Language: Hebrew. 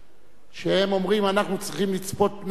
שהם אומרים: אנחנו צריכים לצפות פני העתיד.